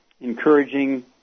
encouraging